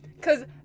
Cause